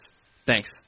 Thanks